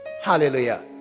hallelujah